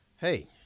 hey